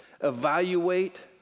evaluate